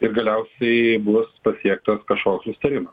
ir galiausiai bus pasiektas kašoks susitarimas